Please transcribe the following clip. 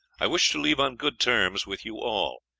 i wish to leave on good terms with you all,